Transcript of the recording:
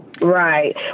Right